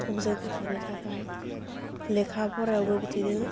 थमजों खारफानो थाखाय लेखा फरायावबो बिदिनो